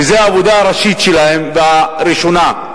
וזאת העבודה הראשית שלהם, והראשונה,